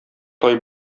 тай